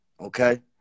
Okay